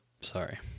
Sorry